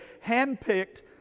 hand-picked